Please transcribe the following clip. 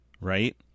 Right